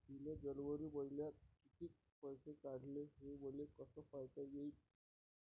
मिन जनवरी मईन्यात कितीक पैसे काढले, हे मले कस पायता येईन?